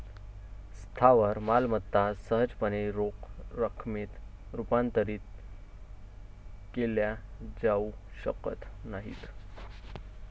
स्थावर मालमत्ता सहजपणे रोख रकमेत रूपांतरित केल्या जाऊ शकत नाहीत